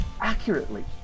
accurately